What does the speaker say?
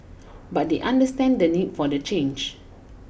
but they understand the need for the change